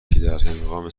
درهنگام